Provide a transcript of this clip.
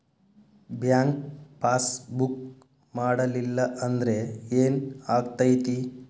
Bank passbook ಮಾಡಲಿಲ್ಲ ಅಂದ್ರೆ ಏನ್ ಆಗ್ತೈತಿ?